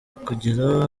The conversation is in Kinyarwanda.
kugira